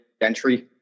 entry